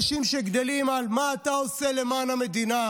עם אנשים שגדלים על מה אתה עושה למען המדינה